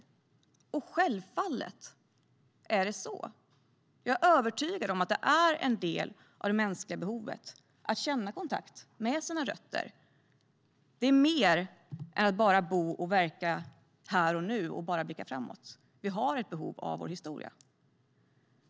Självfallet är det så. Jag är övertygad om att det är en del av det mänskliga behovet att känna kontakt med sina rötter. Det är mer än att bara bo och verka här och nu och bara blicka framåt. Vi har ett behov av vår historia.